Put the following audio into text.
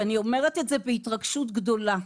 אני אומרת את זה בהתרגשות גדולה.